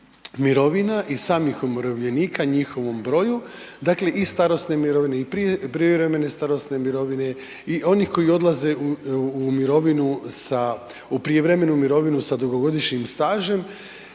mirovina i samih umirovljenika i njihovom broju, dakle i starosne mirovine i privremen starosne mirovine